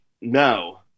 no